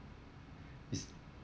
is